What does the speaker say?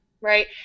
Right